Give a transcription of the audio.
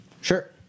Sure